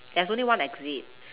there's only one exit